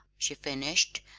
she finished,